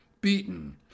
Beaten